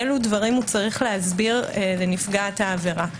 אילו דברים הוא צריך להסביר לנפגעת העבירה.